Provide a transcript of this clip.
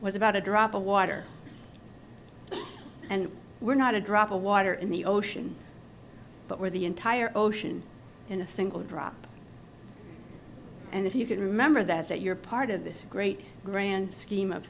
was about a drop of water and we're not a drop of water in the ocean but we're the entire ocean in a single drop and if you can remember that that you're part of this great grand